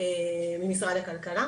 ממשרד הכלכלה,